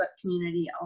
community